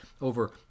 over